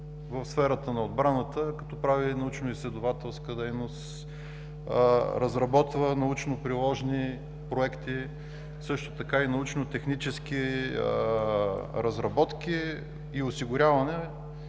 в сферата на отбраната, като прави научноизследователска дейност, разработва научно-приложни проекти, също така и научно-технически разработки и осигуряване,